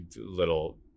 little